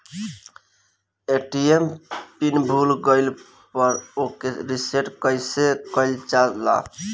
ATM PIN भूल गईल पर ओके रीसेट कइसे कइल जाला?